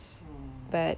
ah